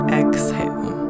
exhale